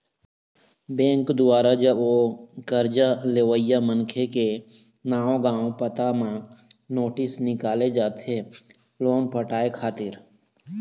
bank दुवारा जब ओ करजा लेवइया मनखे के नांव गाँव पता म नोटिस निकाले जाथे लोन पटाय खातिर